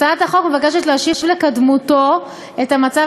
הצעת החוק מבקשת להשיב לקדמותו את המצב